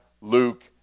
Luke